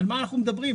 על מה אנחנו מדברים?